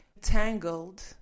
tangled